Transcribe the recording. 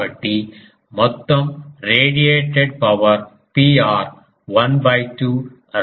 కాబట్టి మొత్తం radiated power Pr